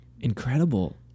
Incredible